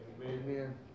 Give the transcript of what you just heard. Amen